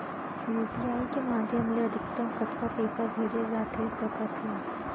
UPI के माधयम ले अधिकतम कतका पइसा भेजे जाथे सकत हे?